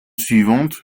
suivantes